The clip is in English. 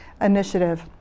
initiative